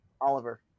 Oliver